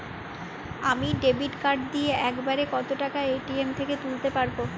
আমি debit card দিয়ে এক বারে কত টাকা এ.টি.এম থেকে তুলতে পারবো?